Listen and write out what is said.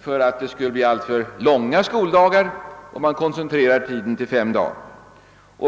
för att det skulle bli alltför långa skoldagar, om man koncentrerar tiden till fem dagar.